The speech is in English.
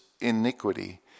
iniquity